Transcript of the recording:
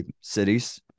cities